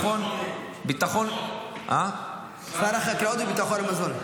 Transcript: ביטחון --- שר החקלאות וביטחון המזון.